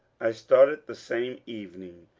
i started the same evening,